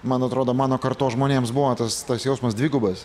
man atrodo mano kartos žmonėms buvo tas tas jausmas dvigubas